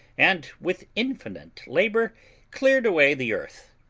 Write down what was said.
and with infinite labour cleared away the earth,